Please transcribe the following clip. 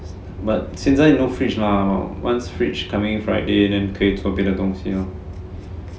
but 现在 no fridge lah once fridge coming friday 可以做别的东西 lor